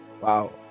wow